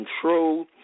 control